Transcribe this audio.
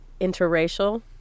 interracial